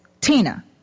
Tina